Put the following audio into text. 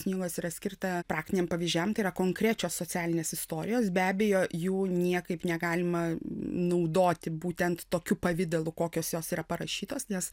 knygos yra skirta praktiniam pavyzdžiam tai yra konkrečios socialinės istorijos be abejo jų niekaip negalima naudoti būtent tokiu pavidalu kokios jos yra parašytos nes